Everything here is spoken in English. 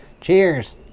Cheers